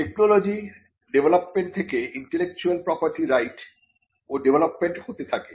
টেকনোলজির ডেভলপমেন্ট থেকে intellectual property right ও ডেভলপমেন্ট হতে থাকে